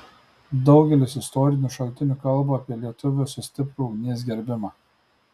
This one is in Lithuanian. daugelis istorinių šaltinių kalba apie lietuviuose stiprų ugnies gerbimą